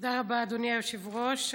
תודה רבה, אדוני היושב-ראש.